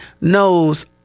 knows